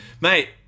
mate